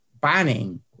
banning